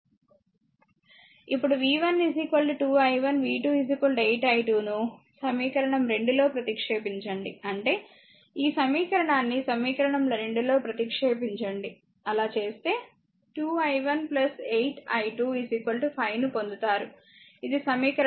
ఇప్పుడుv1 2 i1 v 2 8 i2 ను సమీకరణం 2 లో ప్రతిక్షేపించండి అంటే ఈ సమీకరణాన్ని సమీకరణం 2 లో ప్రతిక్షేపించండి చేస్తే 2 i1 8 i2 5ను పొందుతారు ఇది సమీకరణం 5